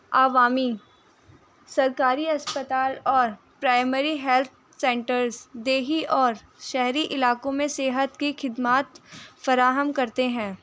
عوامی سرکاری اسپتال اور پرائمری ہیلتھ سینٹرز دیہی اور شہری علاقوں میں صحت کی خدمات فراہم کرتے ہیں